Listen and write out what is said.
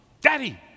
Daddy